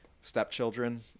stepchildren